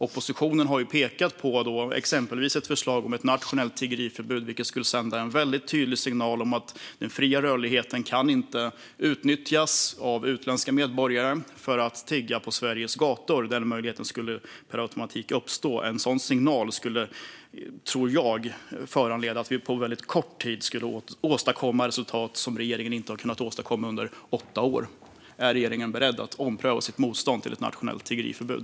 Oppositionen har exempelvis föreslagit ett nationellt tiggeriförbud, vilket skulle sända en tydlig signal om att den fria rörligheten inte kan utnyttjas av utländska medborgare för att tigga på Sveriges gator. Den möjligheten skulle per automatik upphöra. En sådan signal skulle, tror jag, leda till att vi på väldigt kort tid skulle åstadkomma resultat som regeringen inte har kunnat åstadkomma under de gångna åtta åren. Är regeringen beredd att ompröva sitt motstånd mot ett nationellt tiggeriförbud?